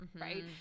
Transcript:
right